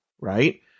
right